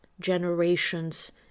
generations